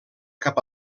cap